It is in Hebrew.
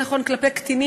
זה יהיה נכון כלפי קטינים.